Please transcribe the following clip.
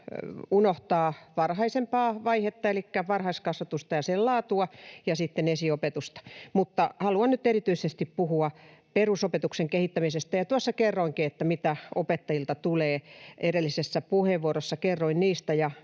unohtaa varhaisempaa vaihetta elikkä varhaiskasvatusta ja sen laatua ja sitten esiopetusta, mutta haluan nyt erityisesti puhua perusopetuksen kehittämisestä. Tuossa edellisessä puheenvuorossa kerroinkin,